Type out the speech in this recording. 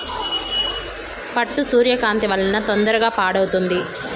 పట్టు సూర్యకాంతి వలన తొందరగా పాడవుతుంది